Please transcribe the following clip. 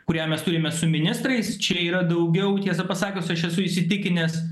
kurią mes turime su ministrais čia yra daugiau tiesą pasakius aš esu įsitikinęs